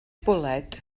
bwled